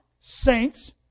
saints